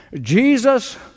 Jesus